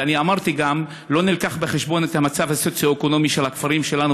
ואני אמרתי גם: לא מובא בחשבון המצב הסוציו-אקונומי של הכפרים שלנו,